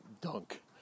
dunk